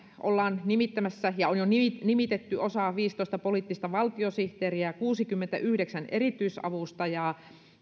ollaan nimittämässä ja on jo nimitetty osa viisitoista poliittista valtiosihteeriä ja kuusikymmentäyhdeksän erityisavustajaa